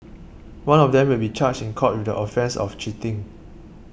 one of them will be charged in court with the offence of cheating